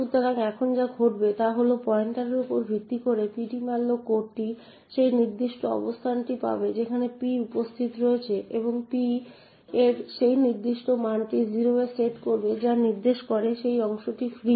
সুতরাং এখানে যা ঘটবে তা হল এই পয়েন্টারের উপর ভিত্তি করে ptmalloc কোডটি সেই অবস্থানটি পাবে যেখানে p উপস্থিত রয়েছে এবং p এর সেই নির্দিষ্ট মানটি 0 এ সেট করবে যা নির্দেশ করে যে এই অংশটি ফ্রি